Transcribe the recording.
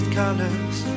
colors